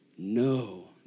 No